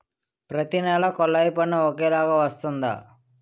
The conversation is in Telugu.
ప్రతి నెల కొల్లాయి పన్ను ఒకలాగే వస్తుందా?